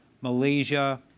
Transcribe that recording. malaysia